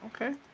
Okay